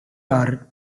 are